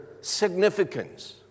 significance